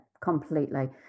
completely